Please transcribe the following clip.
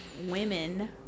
women